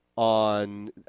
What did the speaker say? on